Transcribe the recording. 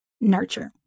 nurture